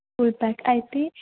full pack అయితే